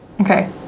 Okay